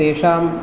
तेषां